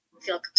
feel